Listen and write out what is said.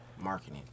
Marketing